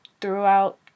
throughout